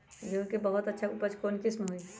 गेंहू के बहुत अच्छा उपज कौन किस्म होई?